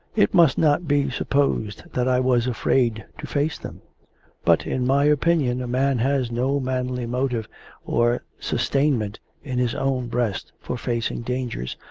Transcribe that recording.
it must not be supposed that i was afraid to face them but, in my opinion a man has no manly motive or sustainment in his own breast for facing dangers,